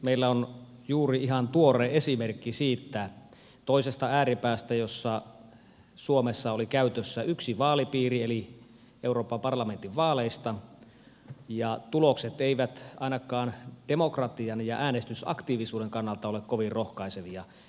meillä on juuri ihan tuore esimerkki siitä toisesta ääripäästä jossa suomessa oli käytössä yksi vaalipiiri eli euroopan parlamentin vaaleista ja tulokset eivät ainakaan demokratian ja äänestysaktiivisuuden kannalta ole kovin rohkaisevia